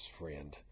friend